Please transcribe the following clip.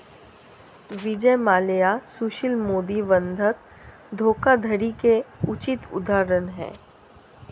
विजय माल्या सुशील मोदी बंधक धोखाधड़ी के उचित उदाहरण है